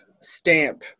stamp